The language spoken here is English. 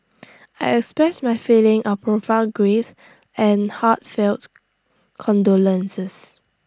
I express my feeling of profound grief and heartfelt condolences